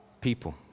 people